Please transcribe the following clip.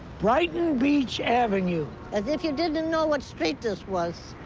brighton beach avenue. as if you didn't know what street this was.